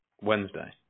Wednesday